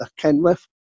Kenworth